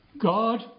God